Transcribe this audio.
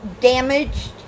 damaged